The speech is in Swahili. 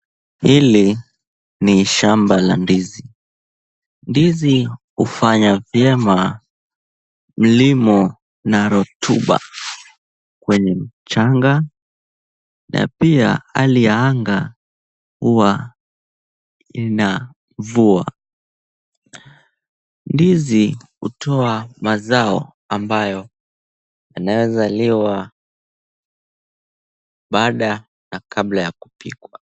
Hili ni shamba la ndizi. Ndizi hufanya vyema, mlimo na rotuba kwenye mchanga na pia hali ya anga huwa na mvua. Ndizi hutoa mazao ambayo inaeza liwa baada na kabla ya kupikwa.